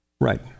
right